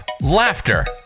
laughter